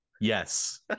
Yes